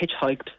hitchhiked